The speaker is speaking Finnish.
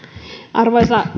arvoisa